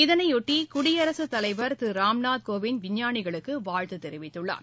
இதனையொட்டி குடியரசுத் தலைவர் திரு ராம்நாத் கோவிந்த் விஞ்ஞானிகளுக்கு வாழ்த்து தெரிவித்துள்ளார்